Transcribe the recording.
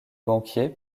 banquiers